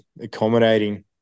accommodating